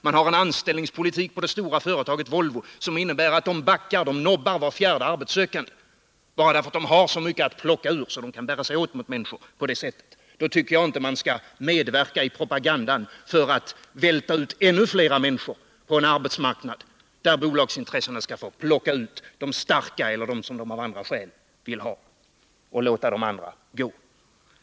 Man har en anställningspolitik på det stora företaget Volvo som innebär att man nobbar var fjärde arbetssökande bara därför att man har så mycket att plocka ur att man kan bära sig åt på det sättet mot människor. Då tycker jag inte att vi skall medverka i propagandan för att välta ut ännu flera människor på en arbetsmarknad där bolagsintressena skall få plocka ut de starka eller dem som de av andra skäl vill ha och låta de andra gå.